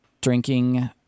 drinking